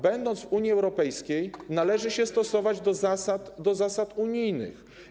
Będąc w Unii Europejskiej, należy się stosować do zasad unijnych.